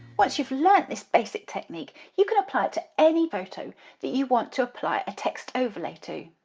once you've learnt this basic technique you can apply it to any photo that you want to apply a text overlay to.